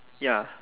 ya